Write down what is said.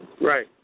Right